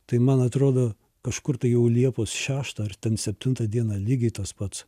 tai man atrodo kažkur tai jau liepos šeštą ar ten septintą dieną lygiai tas pats